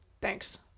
Thanks